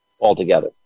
altogether